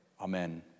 amen